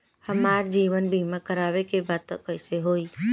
हमार जीवन बीमा करवावे के बा त कैसे होई?